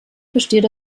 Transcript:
besteht